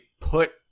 put